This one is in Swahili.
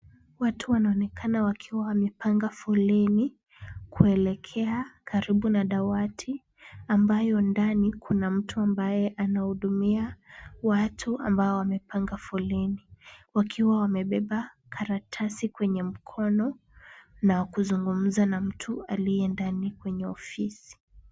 Watu wanaonekana wakiwa wamepanga foleni, kuelekea karibu na dawati ambayo ndani kuna mtu ambaye anahudumia watu ambao wamepanga foleni, wakiwa wamebeba karatasi kwenye mkono na kuzungumza na mtu aliye ndani kwenye ofisi.